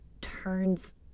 turns